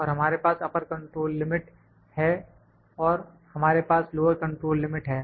और हमारे पास अपर कंट्रोल लिमिट है और हमारे पास लोअर कंट्रोल लिमिट है